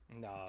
No